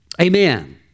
Amen